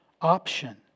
option